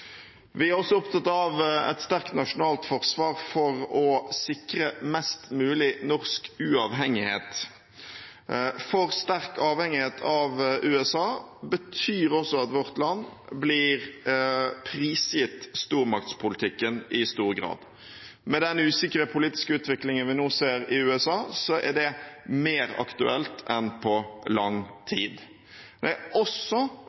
Vi er også opptatt av et sterkt nasjonalt forsvar for å sikre mest mulig norsk uavhengighet. For sterk avhengighet av USA betyr også at vårt land blir prisgitt stormaktspolitikken i stor grad. Med den usikre politiske utviklingen vi nå ser i USA, er det mer aktuelt enn på lang tid. Det er også